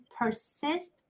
persist